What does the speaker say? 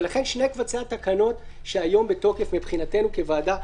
ולכן שני קובצי התקנות שהיום בתוקף מבחינתנו כוועדה,